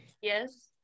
Yes